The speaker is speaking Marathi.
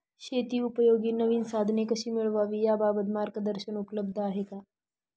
शेतीउपयोगी नवीन साधने कशी मिळवावी याबाबत मार्गदर्शन उपलब्ध आहे का?